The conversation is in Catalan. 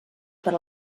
per